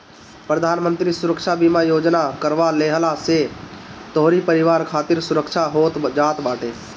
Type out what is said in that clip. प्रधानमंत्री सुरक्षा बीमा योजना करवा लेहला से तोहरी परिवार खातिर सुरक्षा हो जात बाटे